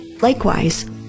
Likewise